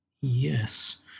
Yes